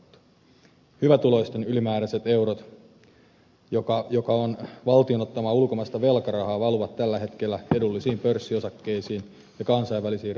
hyvätuloisten ylimääräiset eurot jotka ovat valtion ottamaa ulkomaista velkarahaa valuvat tällä hetkellä edullisiin pörssiosakkeisiin ja kansainvälisiin rahastoihin